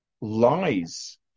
lies